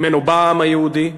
שממנה בא העם היהודי,